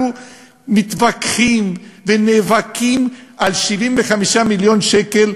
אנחנו מתווכחים ונאבקים על 75 מיליון שקל,